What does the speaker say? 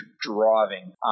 driving